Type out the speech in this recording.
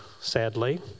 sadly